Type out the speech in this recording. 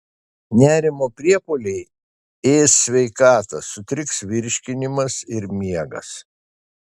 nerimo priepuoliai ės sveikatą sutriks virškinimas ir miegas